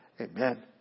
Amen